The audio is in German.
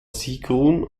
sigrun